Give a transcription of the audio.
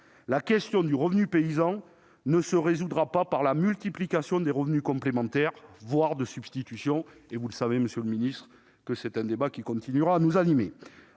La question du revenu paysan ne se résoudra pas par la multiplication des revenus complémentaires, voire de substitution. Comme vous le savez, monsieur le ministre, ce débat continuera de nous animer.